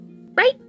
Right